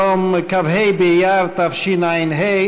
היום כ"ה באייר תשע"ה,